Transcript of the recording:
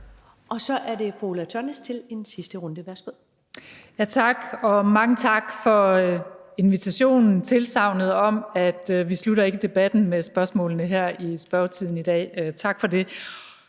Og så er det fru Ulla Tørnæs til en sidste runde. Værsgo. Kl. 17:03 Ulla Tørnæs (V): Tak. Og mange tak for invitationen og tilsagnet om, at vi ikke stopper debatten med spørgsmålene her i spørgetiden i dag – tak for det.